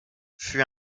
fut